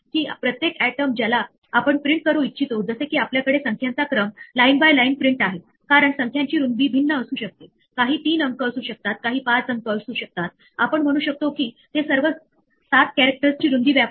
तर काय होईल आपण म्हटले होते की जेव्हा एखादी एरर हाताळली जात नाही तेव्हा तो प्रोग्राम रद्द होतो पण प्रोग्राम थेट रद्द होत नाही हे फंक्शन रद्द होईल आणि ते एररला जिथे कुठे कॉल केले जाईल तिथे हस्तांतरित करेल